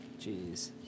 Jeez